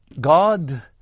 God